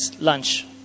Lunch